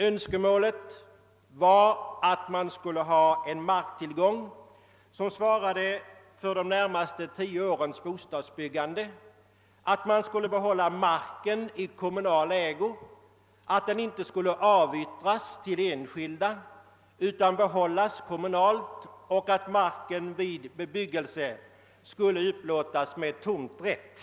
Önskemålet var att man skulle ha en marktillgång som svarade mot de närmaste tio årens bostadsbyggande, att man skulle behålla marken i kommunal ägo och att den således inte skulle avyttras till enskilda samt att marken vid bebyggelse skulle upplåtas med tomträtt.